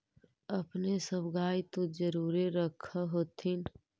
अपने सब गाय तो जरुरे रख होत्थिन?